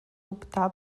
optar